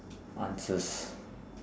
answers